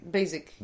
Basic